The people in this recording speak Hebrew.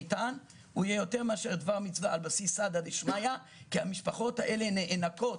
הוא יהיה יותר מאשר דבר מצווה כי המשפחות הללו נאנקות